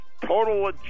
total